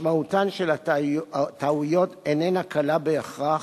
משמעותן של הטעויות איננה קלה בהכרח,